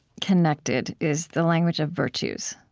connected, is the language of virtues,